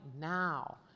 now